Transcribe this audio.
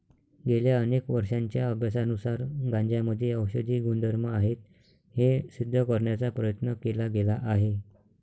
गेल्या अनेक वर्षांच्या अभ्यासानुसार गांजामध्ये औषधी गुणधर्म आहेत हे सिद्ध करण्याचा प्रयत्न केला गेला आहे